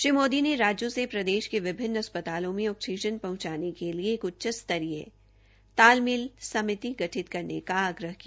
श्री मोदी ने राज्यों से प्रदेश के विभिन्न अस्पतालों में ऑक्सीजन पहंचाने के लिए एक उच्च स्तरीय तालमेल समिति गठित करने का आग्रह किया